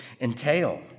entail